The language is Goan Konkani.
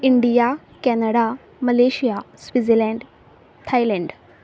India Canada Malaysia Switzerland Thailand